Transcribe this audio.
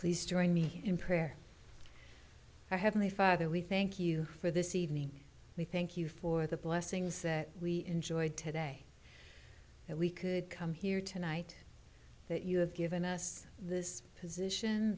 to lease join me in prayer our heavenly father we thank you for this evening we thank you for the blessings that we enjoyed today that we could come here tonight that you have given us this position